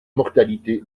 mortalité